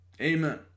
Amen